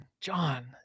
John